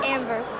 Amber